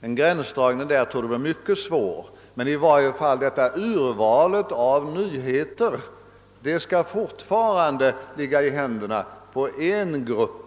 En gränsdragning mellan arbetsuppgifterna torde där vara mycket svår att företa. Urvalet av nyheter skall i varje fall fortfarande ligga i händerna på en enda grupp.